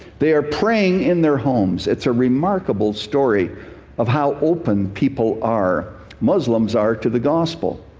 they are praying in their homes. it's a remarkable story of how open people are muslims are to the gospel.